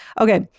Okay